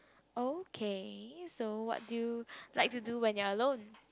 okay so what do you like to do when you're alone